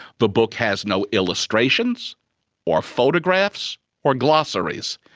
but book has no illustrations or photographs or glossaries.